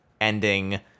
ending